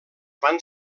van